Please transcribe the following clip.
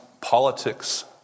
politics